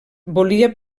volia